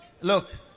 Look